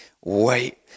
Wait